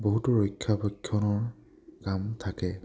বহুতো ৰক্ষাবেক্ষণৰ কাম থাকে